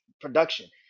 production